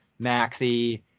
maxi